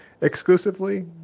exclusively